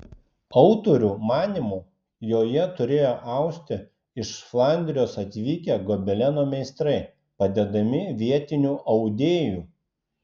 autorių manymu joje turėjo austi iš flandrijos atvykę gobeleno meistrai padedami vietinių audėjų